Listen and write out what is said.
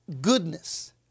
goodness